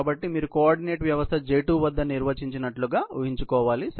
కాబట్టి మీరు కోఆర్డినేట్ వ్యవస్థను J2 వద్ద నిర్వచించినట్లుగా ఊహించుకోవాలి సరే